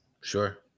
Sure